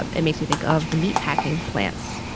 um it makes you think of the meat packing plants,